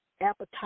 appetite